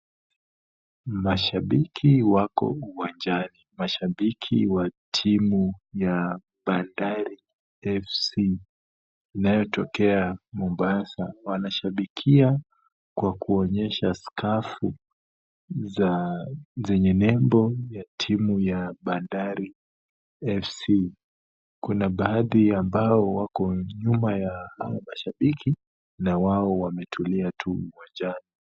Mashabiki wako uwanjani. Mashabiki wa timu ya Bandari FC inayotokea mombasa wanashabikia kwa kuonyesha skafu zenye nembo ya timu ya Bandari FC. Kuna baadhi ambao wako nyuma ya hao mashabiki, na wao wametulia tu uwanjani.